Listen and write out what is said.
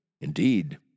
Indeed